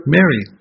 Mary